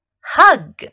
hug